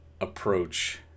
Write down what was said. approach